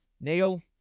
Neil